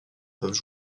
peuvent